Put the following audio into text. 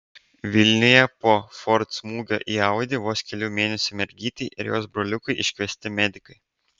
vilniuje po ford smūgio į audi vos kelių mėnesių mergytei ir jos broliukui iškviesti medikai